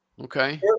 Okay